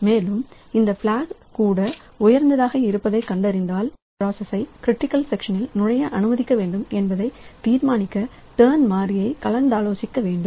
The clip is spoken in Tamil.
மேலும் அந்தக் பிளாக் கூட உயர்ந்ததாக இருப்பதைக் கண்டறிந்தால் எந்த ப்ராசஸ்சை க்ரிட்டிக்கல் செக்ஷனில் நுழைய அனுமதிக்க வேண்டும் என்பதை தீர்மானிக்க டர்ன் மாறியைக் கலந்தாலோசிக்க வேண்டும்